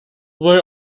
they